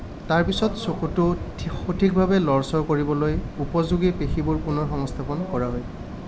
তাৰ পিছত চকুটো সঠিকভাৱে লৰচৰ কৰিবলৈ উপযোগী পেশীবোৰ পুনৰ সংস্থাপন কৰা হয়